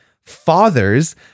fathers